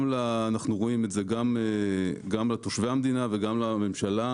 גם לתושבי המדינה וגם לממשלה.